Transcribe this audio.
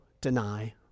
deny